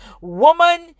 Woman